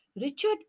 Richard